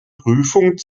prüfung